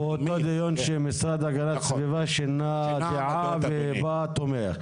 אותו דיון שהמשרד להגנת הסביבה שינה דעה ובא תומך?